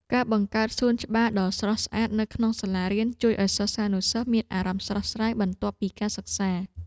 ការបង្កើតសួនច្បារដ៏ស្រស់ស្អាតនៅក្នុងសាលារៀនជួយឱ្យសិស្សានុសិស្សមានអារម្មណ៍ស្រស់ស្រាយបន្ទាប់ពីការសិក្សា។